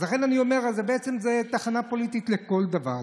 אז לכן אני אומר, בעצם זו תחנה פוליטית לכל דבר.